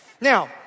Now